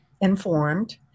informed